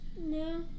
No